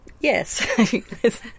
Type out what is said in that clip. Yes